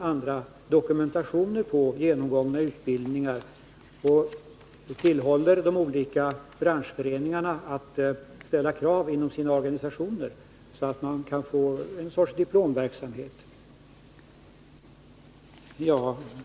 annan dokumentation på genomgångna utbildningar samt tillhåller de olika branschföreningarna att ställa krav inom sina organisationer, så att det kan utvecklas en sorts diplomverksamhet.